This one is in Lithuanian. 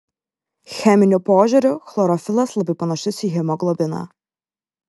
cheminiu požiūriu chlorofilas labai panašus į hemoglobiną